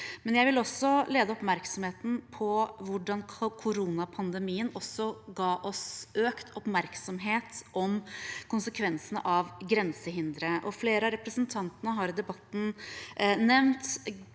Jeg vil også henlede oppmerksomheten på hvordan koronapandemien ga oss økt oppmerksomhet om konsekvensene av grensehindre. Flere av representantene har i debatten nevnt